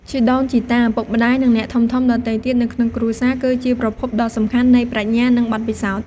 ជីដូនជីតា ឪពុកម្ដាយ និងអ្នកធំៗដទៃទៀតនៅក្នុងគ្រួសារ គឺជាប្រភពដ៏សំខាន់នៃ ប្រាជ្ញា និងបទពិសោធន៍។